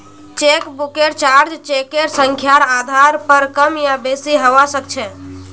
चेकबुकेर चार्ज चेकेर संख्यार आधार पर कम या बेसि हवा सक्छे